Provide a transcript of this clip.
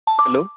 hello